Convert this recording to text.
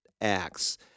acts